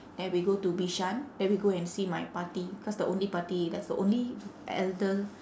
then we go to bishan then we go and see my பாட்டி:paatdi cause the only பாட்டி:paatdi that's the only elder~